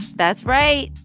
that's right.